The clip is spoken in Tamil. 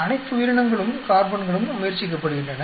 அனைத்து உயிரினங்களும் கார்பன்களும் முயற்சிக்கப்படுகின்றன